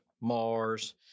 Mars